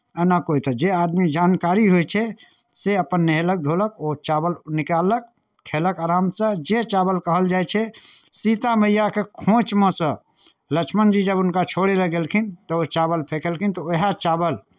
आ ने कोइ तऽ कोइ आदमी जानकारी होइ छै से अपन नहेलक धोलक ओ चावल निकाललक खयलक आरामसँ जे चावल कहल जाइ छै सीता मैयाके खोँछिमे सँ लक्ष्मण जी जब हुनका छोड़य लए गेलखिन तऽ ओ चावल फेँकलखिन तऽ उएह चावल